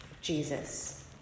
Jesus